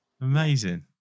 amazing